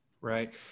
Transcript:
Right